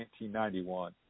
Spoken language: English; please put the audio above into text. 1991